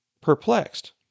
perplexed